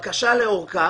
בקשה לאורכה,